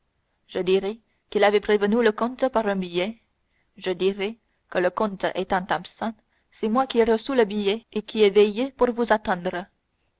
je dirai qu'il avait prévenu le comte par un billet je dirai que le comte étant absent c'est moi qui ai reçu ce billet et qui ai veillé pour vous attendre